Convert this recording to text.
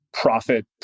profit